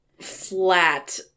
flat